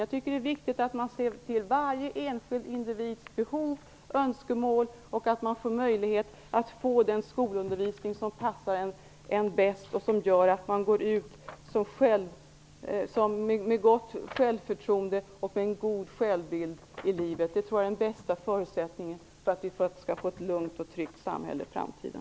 Jag tycker att det är viktigt att man ser till varje enskild individs behov och önskemål. Varje individ skall få möjlighet till den skolundervisning som passar denne själv bäst. Därigenom kan man gå ut i livet med ett gott självförtroende och en god självbild. Detta tror jag är den bästa förutsättningen för att vi skall få ett lugnt och tryggt samhälle i framtiden.